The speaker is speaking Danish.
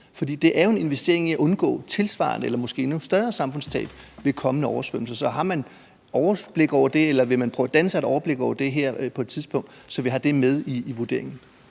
det er jo en investering i at undgå tilsvarende eller måske endnu større samfundstab ved kommende oversvømmelser. Så har man et overblik over det, eller vil man prøve at danne sig et overblik over det på et tidspunkt, så vi har det med i vurderingerne?